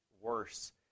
worse